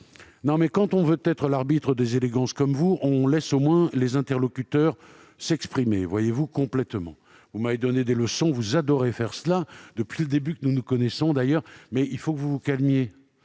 sont établis ? Quand on veut être l'arbitre des élégances comme vous, on laisse au moins les interlocuteurs s'exprimer jusqu'au bout. Vous m'avez donné des leçons- vous adorez faire cela ! -depuis que nous nous connaissons d'ailleurs, mais il faut vous calmer,